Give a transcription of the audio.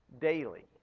daily